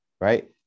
Right